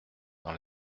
dans